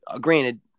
Granted